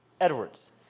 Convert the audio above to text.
Edwards